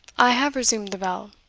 i have resumed the bell.